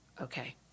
okay